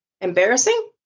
Embarrassing